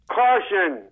caution